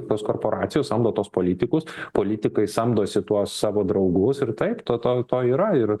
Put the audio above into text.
tos korporacijos samdo tuos politikus politikai samdosi tuos savo draugus ir taip to to to yra ir